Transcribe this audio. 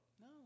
No